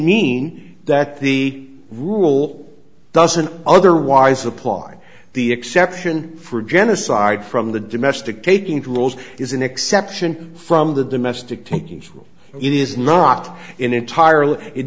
mean that the rule doesn't otherwise apply the exception for genocide from the domestic taking rules is an exception from the domestic takings it is not entirely it